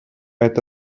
это